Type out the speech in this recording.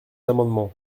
amendement